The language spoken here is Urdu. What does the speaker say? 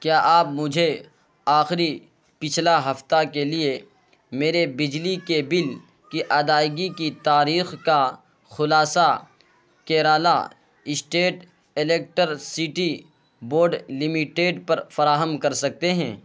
کیا آپ مجھے آخری پچھلا ہفتہ کے لیے میرے بجلی کے بل کی ادائیگی کی تاریخ کا خلاصہ Kerala state electricity board limited پر فراہم کر سکتے ہیں